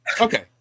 Okay